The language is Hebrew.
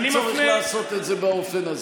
אין צורך לעשות את זה באופן הזה.